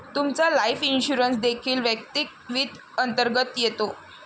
तुमचा life insurance देखील वैयक्तिक वित्त अंतर्गत येतो